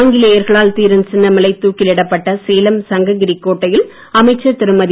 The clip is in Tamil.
ஆங்கிலேயர்களால் தீரன் சின்னமலை தூக்கிலிடப்பட்ட சேலம் சங்ககிரி கோட்டையில் அமைச்சர் திருமதி